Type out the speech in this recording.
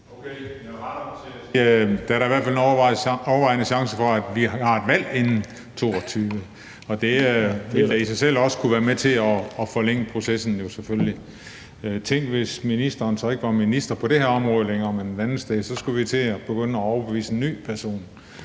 er da i hvert fald en overvejende sansynlighed for, at vi har et valg inden 2022, og at det i sig selv jo selvfølgelig også kunne være med til at forlænge processen. Tænk, hvis ministeren så ikke var minister på det her område længere, men at han var et andet sted – så skulle vi til at begynde at overbevise en ny person.